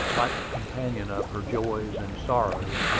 like the companion of her joys and sorrows,